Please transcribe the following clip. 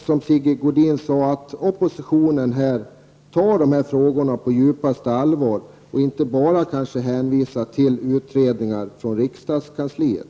Som Sigge Godin sade tar oppositionen dessa frågor på djupaste allvar och därför inte vill nöja sig med hänvisningar till utredningar i regeringskansliet.